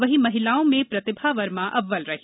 वहीं महिलाओं में प्रतिभा वर्मा अव्वल रहीं